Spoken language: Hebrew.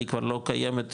כי היא כבר לא קיימת מולם,